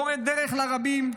מורה דרך לרבים,